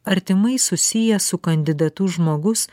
artimai susijęs su kandidatu žmogus